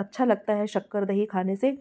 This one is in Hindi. अच्छा लगता है शक्कर दही खाने से